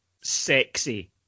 sexy